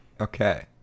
Okay